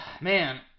man